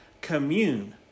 Commune